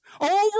over